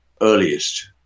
earliest